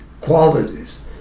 qualities